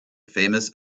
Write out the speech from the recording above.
famous